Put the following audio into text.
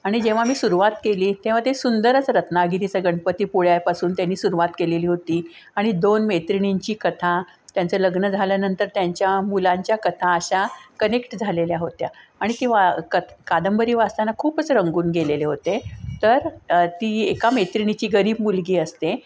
आणि जेव्हा मी सुरुवात केली तेव्हा ते सुंदरच रत्नागिरीचं गणपतीपुळ्यापासून त्यांनी सुरुवात केलेली होती आणि दोन मैत्रिणींची कथा त्यांचं लग्न झाल्यानंतर त्यांच्या मुलांच्या कथा अशा कनेक्ट झालेल्या होत्या आणि ती वा कथ कादंबरी वाचताना खूपच रंगून गेलेले होते तर ती एका मैत्रिणीची गरीब मुलगी असते